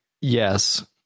Yes